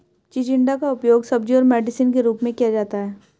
चिचिण्डा का उपयोग सब्जी और मेडिसिन के रूप में किया जाता है